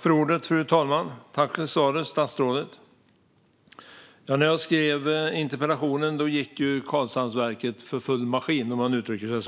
Fru talman! Tack för svaret, statsrådet! När jag skrev interpellationen gick Karlshamnsverket för full maskin, om man kan uttrycka det på det